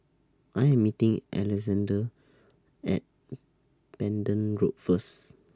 I Am meeting Alexande At Pending Road First